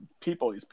people